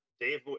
dave